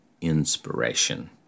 inspiration